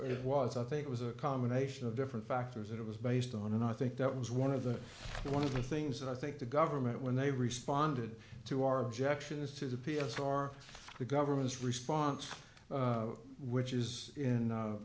it was i think it was a combination of different factors it was based on and i think that was one of the one of the things that i think the government when they responded to our objections to the p s r the government's response which is in